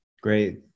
Great